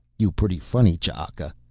you pretty funny, ch'aka.